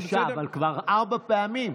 בבקשה, כבר ארבע פעמים.